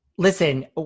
Listen